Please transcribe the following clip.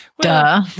Duh